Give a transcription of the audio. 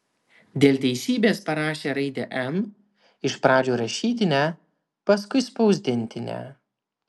dėl teisybės parašė raidę m iš pradžių rašytinę paskui spausdintinę